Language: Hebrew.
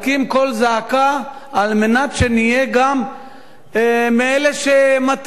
זעקה על מנת שנהיה גם אלה שמתריעים,